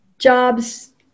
jobs